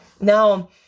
Now